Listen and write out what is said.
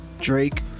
Drake